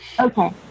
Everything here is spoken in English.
Okay